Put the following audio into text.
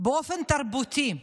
באופן תרבותי,